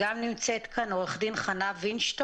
נמצאת כאן גם היועצת המשפטית, חנה וינשטוק.